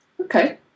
Okay